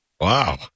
Wow